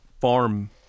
farm